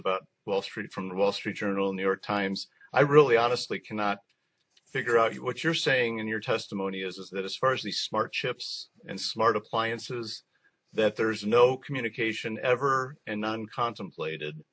about well three from the wall street journal new york times i really honestly cannot figure out what you're saying in your testimony is that as far as the smart chips and smart appliances that there's no communication ever and none contemplated